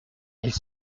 elles